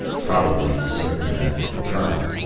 probably to circumvent the colonel,